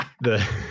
the-